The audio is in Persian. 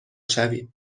شوید